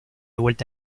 vuelta